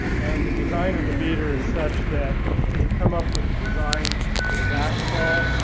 and the design of the beater is so much that you come up with a design for the backfall,